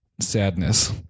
sadness